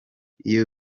ibyo